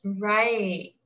Right